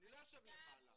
אני לא יושב למעלה.